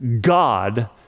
God